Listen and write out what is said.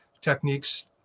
techniques